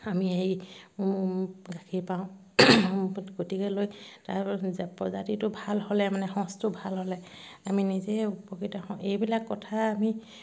আমি সেই গাখীৰ পাওঁ গতিকেলৈ তাৰ প্ৰজাতিটো ভাল হ'লে মানে সঁচটো ভাল হ'লে আমি নিজে উপকৃত হওঁ এইবিলাক কথা আমি